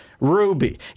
Ruby